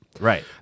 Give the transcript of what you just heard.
Right